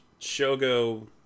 shogo